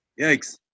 Yikes